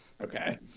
Okay